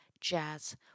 jazz